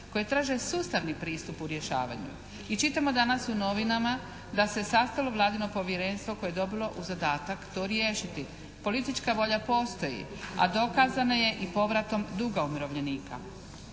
koje traže sustavni pristup u rješavanju i čitamo danas u novinama da se sastalo vladino povjerenstvo koje je dobilo u zadatak to riješiti. Politička volja postoji, a dokazano je i povratom duga umirovljenika.